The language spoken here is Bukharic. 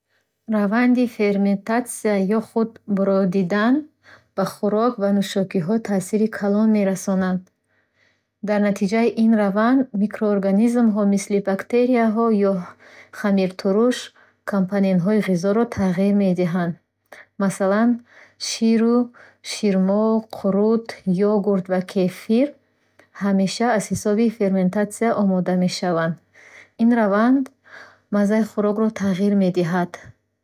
Раванди ферментатсия ё худ бродидан ба хӯрок ва нӯшокиҳо таъсири калон мерасонад. Дар натиҷаи ин раванд микроорганизмҳо, мисли бактерияҳо ё хамиртуруш, компонентҳои ғизоро тағйир медиҳанд. Масалан, ширу ширмол, қурут, йогурт ва кефир ҳамеша аз ҳисоби ферментатсия омода мешаванд. Ин раванд маззаи хӯрокро тағйир медиҳад.